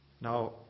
Now